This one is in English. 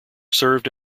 served